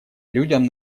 людям